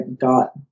got